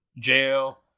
jail